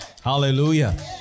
hallelujah